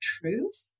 truth